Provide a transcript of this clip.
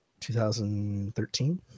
2013